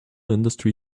industry